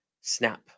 snap